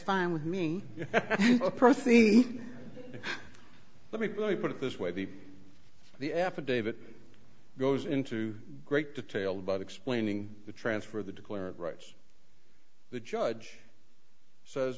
fine with me proceed let me put it this way the the affidavit goes into great detail about explaining the transfer of the declared rights the judge says